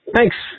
Thanks